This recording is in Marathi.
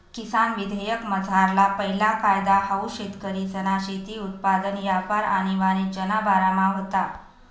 किसान विधेयकमझारला पैला कायदा हाऊ शेतकरीसना शेती उत्पादन यापार आणि वाणिज्यना बारामा व्हता